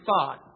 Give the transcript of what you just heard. thought